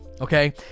Okay